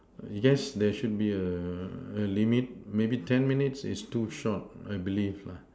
I guess there should be a a limit maybe ten minutes is too short I believe lah